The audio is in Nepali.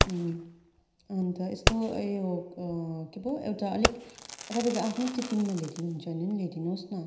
अन्त यस्तो के पो एउटा अलिक तपाईँको आफ्नै टिफिनमा ल्याइदिनुहुन्छ भने पनि ल्याइ दिनुहोस् न